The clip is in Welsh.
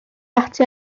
ati